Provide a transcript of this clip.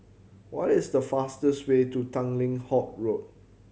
what is the fastest way to Tanglin Halt Road